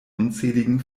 unzähligen